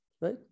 right